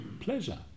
pleasure